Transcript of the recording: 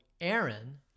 Aaron